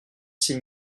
six